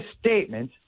statement